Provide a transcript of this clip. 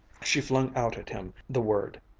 she flung out at him the word,